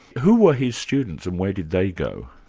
who were his students and where did they go?